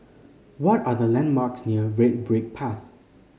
what are the landmarks near Red Brick Path